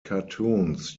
cartoons